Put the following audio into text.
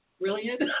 brilliant